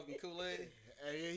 Kool-Aid